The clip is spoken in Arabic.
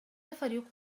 فريق